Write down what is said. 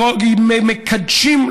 שמקדשים,